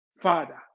Father